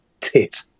tit